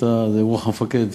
שאתה זה רוח המפקד,